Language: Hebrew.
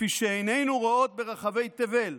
כפי שעינינו רואות ברחבי תבל,